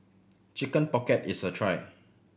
Chicken Pocket is a try